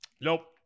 Nope